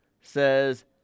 says